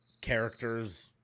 characters